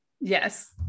Yes